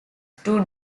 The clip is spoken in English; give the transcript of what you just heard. two